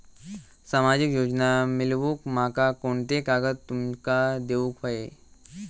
सामाजिक योजना मिलवूक माका कोनते कागद तुमका देऊक व्हये?